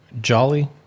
jolly